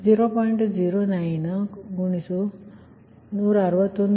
11 K10